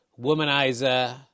womanizer